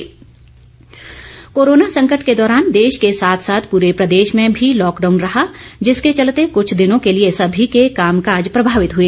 गरीब कल्याण योजना कोरोना संकट के दौरान देश के साथ साथ पूरे प्रदेश में भी लॉकडाउन रहा जिसके चलते कुछ दिनों के लिए सभी के काम काज प्रभावित हुए